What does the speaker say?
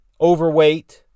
Overweight